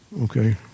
okay